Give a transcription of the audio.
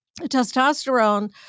testosterone